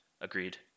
Agreed